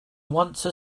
once